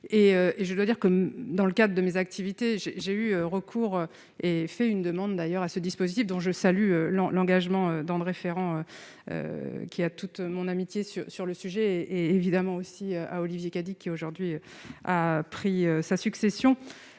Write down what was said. et je dois dire que dans le cas de mes activités, j'ai, j'ai eu recours et fait une demande d'ailleurs à ce dispositif, dont je salue l'an l'engagement d'André Ferrand, qui a toute mon amitié sur sur le sujet et évidemment aussi à Olivier Cadic qui aujourd'hui a pris sa succession,